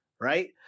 Right